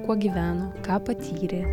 kuo gyveno ką patyrė